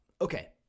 Okay